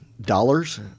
dollars